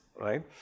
right